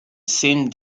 seemed